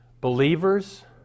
Believers